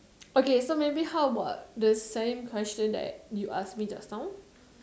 okay so maybe how about the same question that you ask me just now